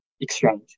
exchange